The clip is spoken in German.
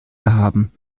haben